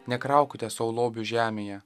nekraukite sau lobių žemėje